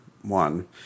one